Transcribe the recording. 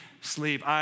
sleep